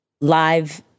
live